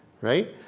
right